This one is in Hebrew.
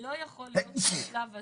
לא יכול להיות שבשלב הזה,